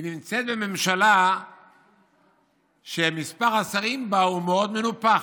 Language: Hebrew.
היא נמצאת בממשלה שמספר השרים בה הוא מאוד מנופח.